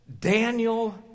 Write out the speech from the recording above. Daniel